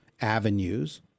avenues